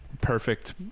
perfect